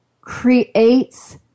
creates